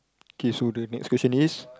K so the next question is